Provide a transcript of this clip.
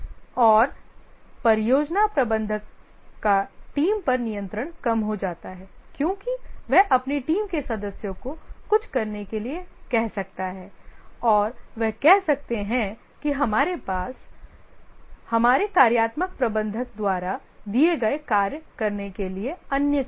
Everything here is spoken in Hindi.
और परियोजना प्रबंधक का टीम पर नियंत्रण कम हो जाता है क्योंकि वह अपनी टीम के सदस्यों को कुछ करने के लिए कह सकता है और वे कह सकते हैं कि हमारे पास हमारे कार्यात्मक प्रबंधक द्वारा दिए गए कार्य करने के लिए अन्य कार्य हैं